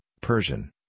Persian